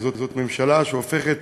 שזאת ממשלה שהופכת